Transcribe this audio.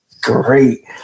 great